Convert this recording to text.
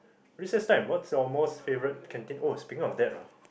recess time what's your most favorite canteen oh speaking of that ah